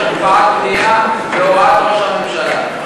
יש הקפאת בנייה בהוראת ראש הממשלה.